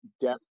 depth